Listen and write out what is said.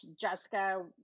Jessica